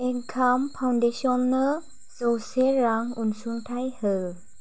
एकाम फाउन्डेसननो जौसे रां अनसुंथाइ हो